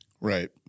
Right